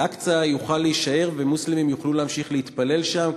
אל-אקצא יוכל להישאר ומוסלמים יוכלו להמשיך להתפלל שם,